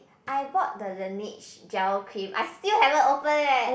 I bought the Laneige gel cream I still haven't open leh